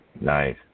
Nice